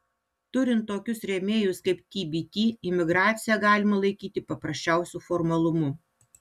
turint tokius rėmėjus kaip tbt imigraciją galima laikyti paprasčiausiu formalumu